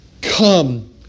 come